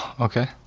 okay